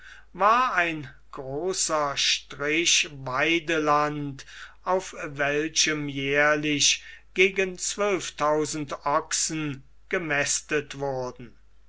war ein großer strich weideland auf welchem jährlich gegen zwölftausend ochsen gemästet wurden